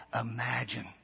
imagine